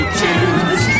choose